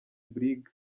brig